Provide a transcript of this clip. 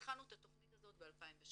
התחלנו את התכנית הזאת ב-2013,